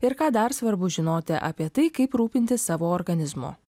ir ką dar svarbu žinoti apie tai kaip rūpintis savo organizmu